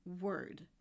word